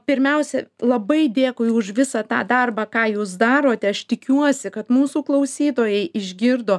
pirmiausia labai dėkui už visą tą darbą ką jūs darote aš tikiuosi kad mūsų klausytojai išgirdo